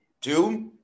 Two